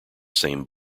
same